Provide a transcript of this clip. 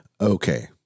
Okay